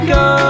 go